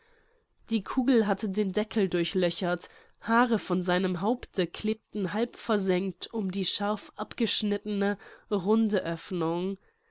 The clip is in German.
die kugel hatte den deckel durchlöchert haare von seinem haupte klebten halb versengt um die scharf abgeschnittene runde oeffnung